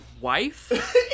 wife